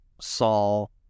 Saul